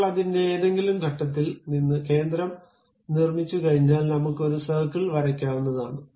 ഇപ്പോൾ അതിന്റെ ഏതെങ്കിലും ഘട്ടത്തിൽ നിന്ന് കേന്ദ്രം നിർമ്മിച്ചുകഴിഞ്ഞാൽ നമ്മുക്ക് ഒരു സർക്കിൾ വരക്കാവുന്നതായാണ്